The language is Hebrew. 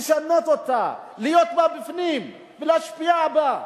לשנות אותה, להיות בה בפנים ולהשפיע בה.